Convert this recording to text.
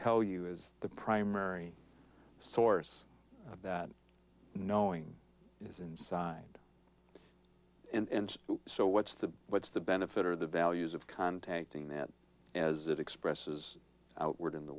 tell you is the primary source of that knowing is inside and so what's the what's the benefit or the values of contacting that as it expresses outward in the